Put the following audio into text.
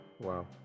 Wow